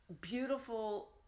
beautiful